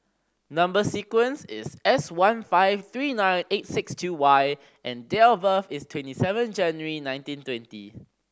number sequence is S one five three nine eight six two Y and date of birth is twenty seven January nineteen twenty